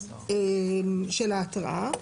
של ההתראה.